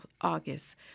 august